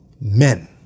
men